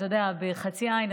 בחצי עין,